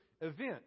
event